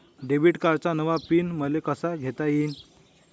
Debit कार्डचा नवा pin मले कसा घेता येईन?